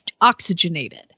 oxygenated